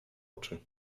oczy